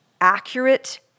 accurate